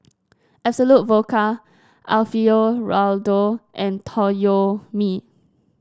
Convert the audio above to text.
Absolut Vodka Alfio Raldo and Toyomi